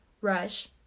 rush